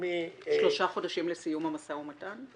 --- שלושה חודשים לסיום המשא ומתן?